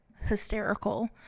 hysterical